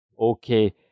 Okay